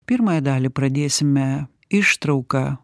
pirmąją dalį pradėsime ištrauka